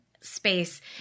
space